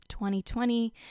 2020